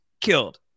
killed